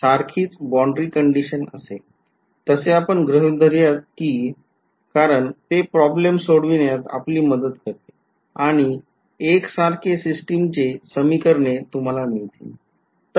तसे आपण गृहीत धरूया कि कारण ते problem सोडविण्यात आपली मदत करते आणि एकसारखे सिस्टिमचे समीकरणे तुम्हाला मिळतील